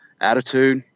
attitude